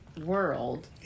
world